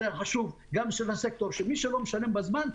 מי שלא משלם בזמן,